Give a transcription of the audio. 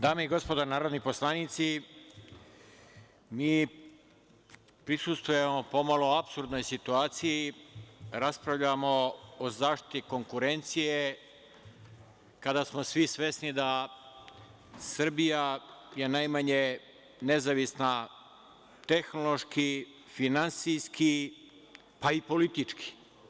Dame i gospodo narodni poslanici, mi prisustvujemo pomalo apsurdnoj situaciji, raspravljamo o zaštiti konkurencije kada smo svi svesni da Srbija je najmanje nezavisna tehnološki, finansijski, pa i politički.